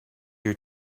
your